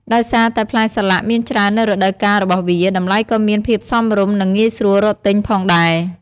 ដោយសារតែផ្លែសាឡាក់មានច្រើននៅរដូវកាលរបស់វា តម្លៃក៏មានភាពសមរម្យ និងងាយស្រួលរកទិញផងដែរ។